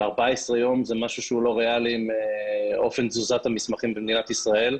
ו-14 ימים זה משהו שהוא לא ריאלי באופן תזוזת המסמכים במדינת ישראל.